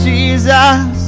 Jesus